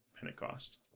Pentecost